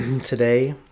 Today